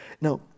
Now